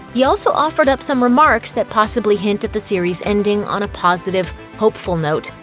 he also offered up some remarks that possibly hint at the series ending on a positive, hopeful note,